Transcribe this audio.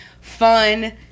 fun